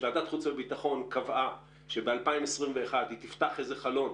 ועדת החוץ והביטחון קבעה שב-2021 היא תפתח חלון,